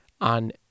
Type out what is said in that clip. on